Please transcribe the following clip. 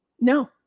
No